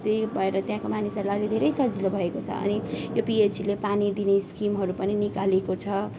त्यही भएर त्यहाँको मानिसहरूलाई अहिले धेरै सजिलो भएको छ अनि यो पिएचईले पानी दिने स्किमहरू पनि निकालेको छ